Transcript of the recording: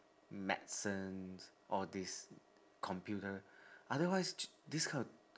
medicine all this computer otherwise this kind